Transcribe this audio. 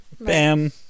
bam